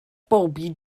bobi